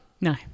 No